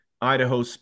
Idaho